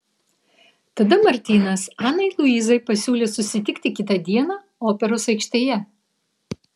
tada martynas anai luizai pasiūlė susitikti kitą dieną operos aikštėje